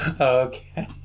Okay